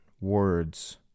words